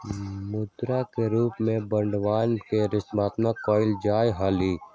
मुद्रा के रूप में बांडवन के स्थानांतरण कइल जा हलय